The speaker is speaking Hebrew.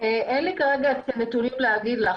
אין לי כרגע נתונים להגיד לך,